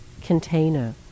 container